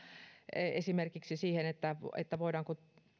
esimerkiksi siihen voidaanko